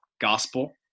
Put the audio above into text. gospel